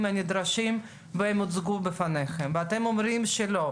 הנדרשים והם הוצגו בפניכם ואתם אומרים שלא,